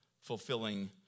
fulfilling